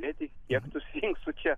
ne tik tiek tų sfinksų čia